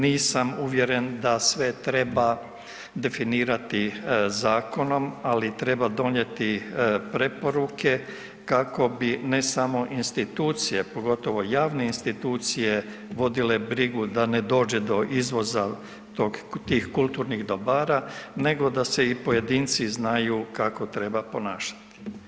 Nisam uvjeren da sve treba definirati zakonom, ali treba donijeti preporuke kako bi ne samo institucije pogotovo javne institucije vodile brigu da ne dođe izvoza tog, tih kulturnih dobara nego da se i pojedinci znaju kako treba ponašati.